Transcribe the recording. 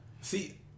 See